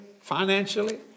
financially